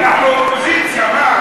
אנחנו אופוזיציה.